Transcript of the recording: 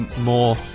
more